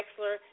Wexler